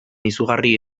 izugarri